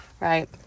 right